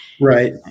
right